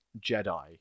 Jedi